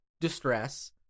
distress